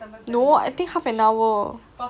no I think half an hour